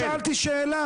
אני שאלתי שאלה.